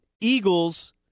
Eagles